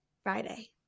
Friday